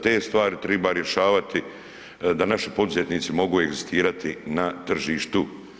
Te stvari treba rješavati, da naši poduzetnici mogu egzistirati na tržištu.